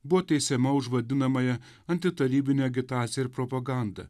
buvo teisiama už vadinamąją antitarybinę agitaciją ir propagandą